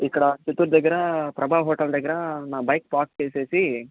ఇక్కడ చిత్తూరు దగ్గర ప్రభా హోటల్ దగ్గర నా బైక్ పార్క్ చేసేసి